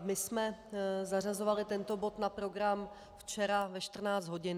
My jsme zařazovali tento bod na program včera ve 14 hodin.